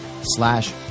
slash